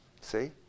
See